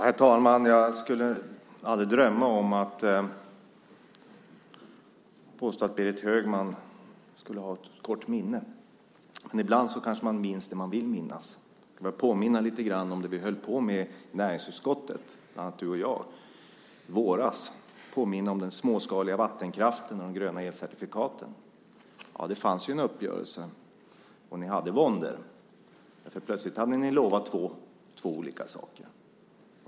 Herr talman! Jag skulle aldrig drömma om att påstå att Berit Högman skulle ha ett kort minne. Men ibland kanske man minns det man vill minnas. Jag vill påminna lite grann om det vi höll på med i näringsutskottet, bland annat du och jag, i våras. Jag vill påminna om den småskaliga vattenkraften och de gröna elcertifikaten. Det fanns en uppgörelse, och ni hade våndor. Plötsligt hade ni lovat två olika saker.